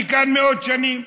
אני כאן מאות שנים.